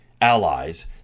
allies